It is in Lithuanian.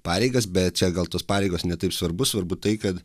pareigas bet čia gal tos pareigos ne taip svarbu svarbu tai kad